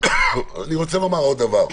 עוד דבר.